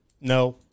No